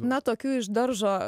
na tokių iš daržo